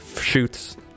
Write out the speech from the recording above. shoots